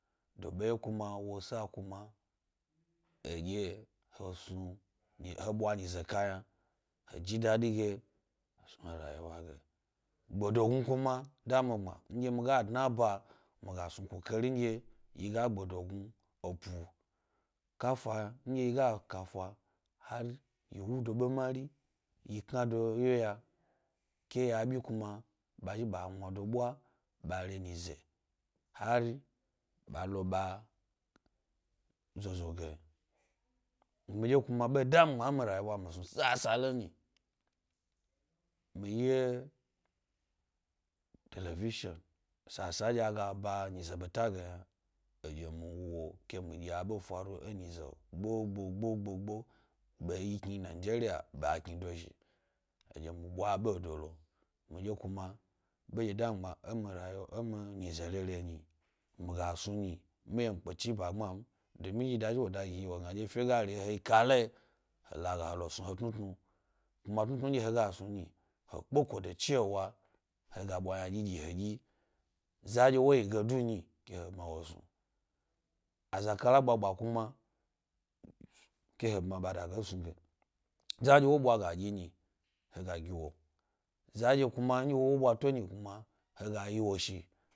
Doɓe ye kuma wosa kuma a year he ɓwa nyize kayina he jidadi ge he snu rayi wage. Gbedo gnu kuma da mi gbma nɗye mi ga dna b amiga snu kukari ndye mi ga epu gbedognu kafa hari nɗye yi ga kata, hari yi wudo be mary, yhi kna do wye yak e ya bi kuma ɓa zhi ɓa wna doɓwa ɓa re nyize hari ɓa lo ɓa. miɗye kuma ɓe da mi gbma e mi rabiwa mi snu sasale nyi, my ye television sasale nɗye a ga ba nyize ɓeta ge yna, eɗye mi wo ke ɗye aɓe nɗye ɓa faru faru e nyize hni ɓe gbo-gbo- gbo-gbo ɓe yi kni nigeria ɓe a bmi ɓwa dashi edye mi ɓwa abedo lo. miɗye kuma ɓe nɗye da mi gbama e mi nyize re ɓe nyi, mi gasnu nyi, miye mi pkechi e bbagbma m. domi yida zhi wo da gi mi wo gnaɗye nɗye efe ga ri he kalayi, he laga hele snu he le snu he tnutnu. Kuma ɓeɓe nɗye he ga snu nyi, he pkeko da cewa he ga ɓwa ynaɗyiɗyi he ɗyi zariɗye wo yi ge du nyi ke he bma wo zariɗye wo yige du nyi, ke bma wo snu. Aza kala gbagna kuma ke he bma wo snu. Aza kala gbaga kuma ke he sma ɓa dage snudu, zanɗye wo ɓwa gaɗyi nyi, hhe ga gi wo. zanɗye kuma wo-wo ɓwata nyi kuma he ga tyi woshi.